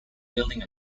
building